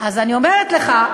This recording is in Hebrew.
אז אני אומרת לך.